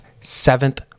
seventh